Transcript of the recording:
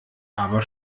aber